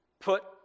put